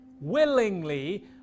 willingly